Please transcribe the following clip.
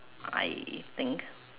I think